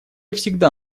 всегда